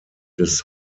des